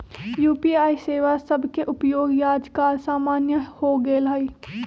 UPI सेवा सभके उपयोग याजकाल सामान्य हो गेल हइ